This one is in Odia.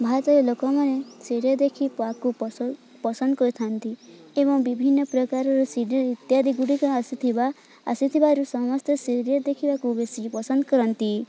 ଭାରତରେ ଲୋକମାନେ ସିରିଏଲ ଦେଖିବାକୁ ପସନ୍ଦ ପସନ୍ଦ କରିଥାନ୍ତି ଏବଂ ବିଭିନ୍ନ ପ୍ରକାରର ସିରିଏଲ ଇତ୍ୟାଦି ଗୁଡ଼ିକ ଆସିଥିବା ଆସିଥିବାରୁ ସମସ୍ତେ ସିରିଏଲ ଦେଖିବାକୁ ବେଶୀ ପସନ୍ଦ କରନ୍ତି